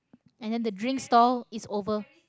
and then the drinks stall is over